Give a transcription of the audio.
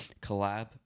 collab